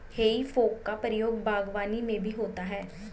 हेइ फोक का प्रयोग बागवानी में भी होता है